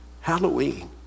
Halloween